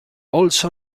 also